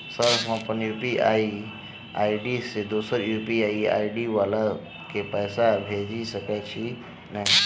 Sir हम अप्पन UPI ID सँ दोसर यु.पी.आई आई.डी वला केँ पैसा भेजि सकै छी नै?